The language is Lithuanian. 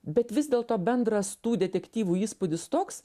bet vis dėlto bendras tų detektyvų įspūdis toks